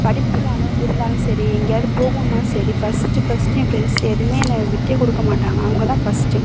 படிப்பில் ஆன இருந்தாலும் சரி எங்கேயாவது போகணும்னால் சரி ஃபஸ்ட்டு ஃபஸ்ட்டு என் ஃப்ரெண்ட்ஸ் எதுவுமே என்னை விட்டே கொடுக்க மாட்டாங்க அவங்க தான் ஃபஸ்ட்டு